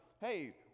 hey